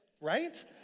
Right